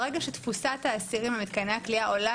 ברגע שתפוסת האסירים במתקני הכליאה עולה